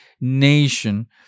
nation